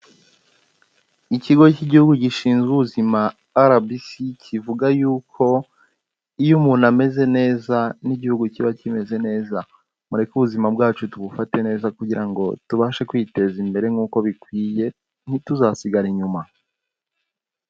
Ikigo cy'igihugu gishinzwe ubuzima RBC kivuga yuko iyo umuntu ameze neza n'igihugu kiba kimeze neza, mureke ubuzima bwacu tubufate neza kugira ngo tubashe kwiteza imbere nk'uko bikwiye ntituzasigare inyuma.